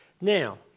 Now